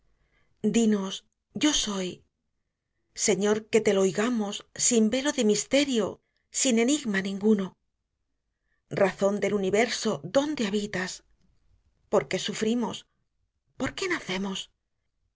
nos yo soy señor que te lo oigamos sin velo de misterio sin enigma ninguno eazón del universo dónde habitas por qué sufrimos por qué nacemos